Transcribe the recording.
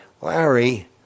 Larry